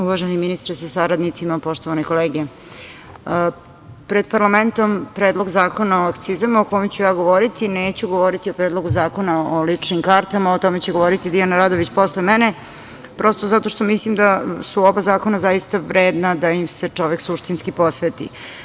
Uvaženi ministre sa saradnicima, poštovane kolege, pred parlamentom je Predlog zakona o akcizama, o kome ću ja govoriti, neću govoriti o Predlogu zakona o ličnim kartama, o tome će govoriti Dijana Radović posle mene, prosto zato što mislim da su oba zakona zaista vredna da im se čovek suštinski posveti.